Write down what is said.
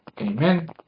Amen